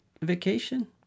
vacation